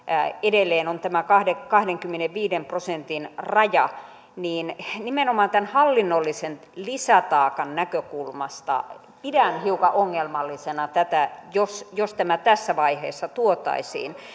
edelleen on tämä kahdenkymmenenviiden prosentin raja niin nimenomaan tämän hallinnollisen lisätaakan näkökulmasta pidän hiukan ongelmallisena jos jos tämä tässä vaiheessa tuotaisiin